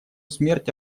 смерть